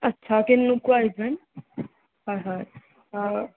আচ্ছা কেনেকুৱা এজন হয় হয়